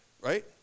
right